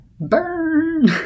Burn